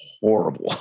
horrible